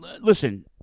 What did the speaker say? listen